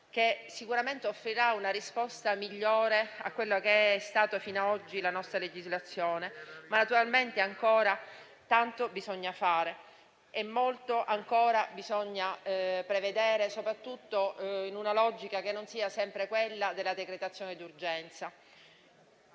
che sicuramente offrirà una risposta migliore rispetto a quella data fino a oggi dalla nostra legislazione, ma naturalmente ancora tanto bisogna fare e prevedere, soprattutto in una logica che non sia sempre quella della decretazione di urgenza.